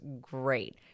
great